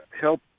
help